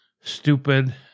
stupid